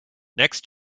next